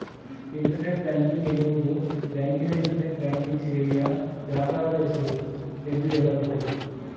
internet banking ಎನ್ನುವುದು ಬ್ಯಾಂಕಿನ internet banking ಸೇವೆಯ ವ್ಯಾಪಾರದ ಹೆಸರು ಎಂದು ಹೇಳಬಹುದು